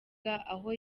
aho